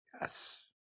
Yes